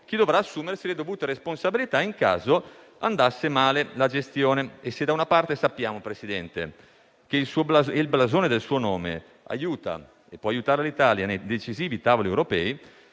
chi dovrà assumersi le dovute responsabilità in caso andasse male la gestione. Se da una parte sappiamo, Presidente, che il blasone del suo nome aiuta e può aiutare l'Italia nei decisivi tavoli europei;